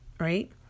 Right